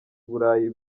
burayi